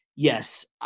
Yes